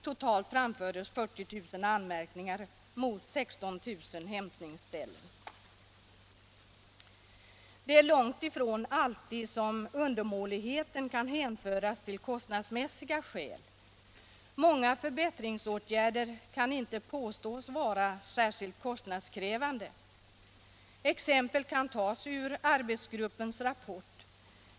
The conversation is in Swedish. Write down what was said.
Totalt framfördes 40 000 anmärkningar mot 16 000 hämtningsställen. Undermåligheter kan långt ifrån alltid hänföras till kostnadsskäl. Många förbättringsåtgärder kan inte påstås vara särskilt kostnadskrävande. Exempel kan tas ur arbetsgruppens rapport.